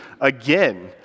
again